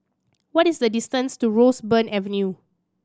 what is the distance to Roseburn Avenue